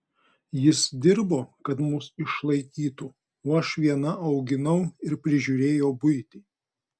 jis dirbo kad mus išlaikytų o aš viena auginau ir prižiūrėjau buitį